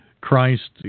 Christ